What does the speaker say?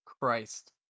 Christ